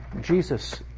Jesus